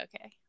okay